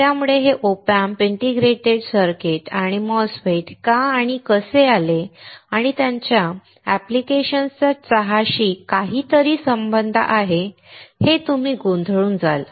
त्यामुळे हे OP Amps integrated circuits आणि MOSFETS का आणि कसे आले आणि त्यांच्या ऍप्लिकेशनचा चहाशी काहीतरी संबंध आहे हे तुम्ही गोंधळून जाल